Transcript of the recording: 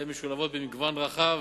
הן משולבות במגוון רחב